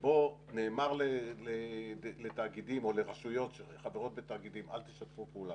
שבו נאמר לתאגידים או לרשויות שחברות בתאגידים אל תשתפו פעולה,